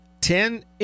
Ten –